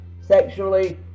sexually